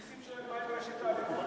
נסים שואל מה עם רשת א'.